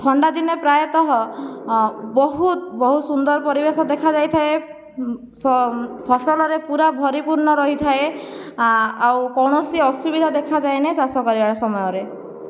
ଥଣ୍ଡାଦିନେ ପ୍ରାୟତଃ ବହୁତ ବହୁତ ସୁନ୍ଦର ପରିବେଶ ଦେଖାଯାଇଥାଏ ଫସଲରେ ପୂରା ପରିପୂର୍ଣ୍ଣ ରହିଥାଏ ଆଉ କୌଣସି ଅସୁବିଧା ଦେଖାଯାଏ ନାହିଁ ଚାଷ କରିବା ସମୟରେ